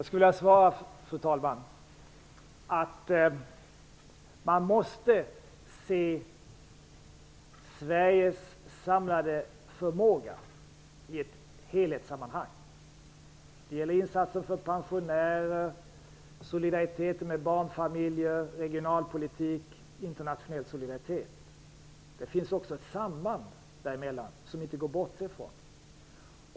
Fru talman! Man måste se Sveriges samlade förmåga i ett helhetssammanhang. Det gäller insatser för pensionärer, solidaritet med barnfamiljer, regionalpolitik och internationell solidaritet. Det finns också ett samband däremellan, som inte går att bortse från.